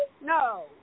no